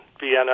Vienna